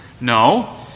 No